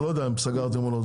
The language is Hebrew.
אני לא יודע אם סגרתם או לא.